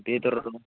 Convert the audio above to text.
बेदर